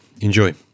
enjoy